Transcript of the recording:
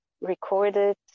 recorded